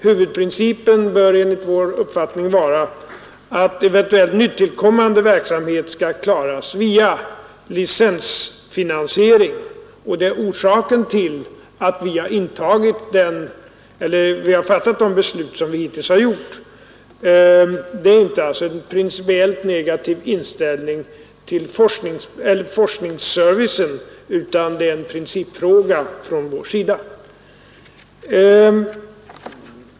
Huvudprincipen bör enligt vår uppfattning vara att eventuellt nytillkommande verksamhet skall klaras via licensfinansiering. Det är orsaken till att vi har fattat de beslut som vi hittills har gjort. Det är alltså inte en negativ inställning till forskningsservicen utan en principfråga från vår sida.